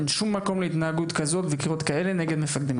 אין שום מקום להתנהגות כזאת וקריאות כאלה נגד מפקדים בצה"ל.